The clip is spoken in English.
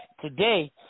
today